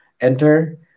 enter